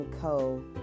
Co